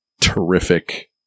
terrific